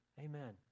Amen